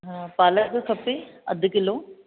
हा पालक खपे अधि किलो